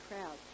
crowds